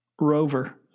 rover